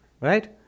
Right